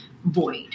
void